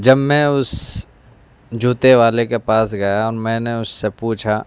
جب میں اس جوتے والے کے پاس گیا اور میں نے اس سے پوچھا